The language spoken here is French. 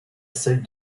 celle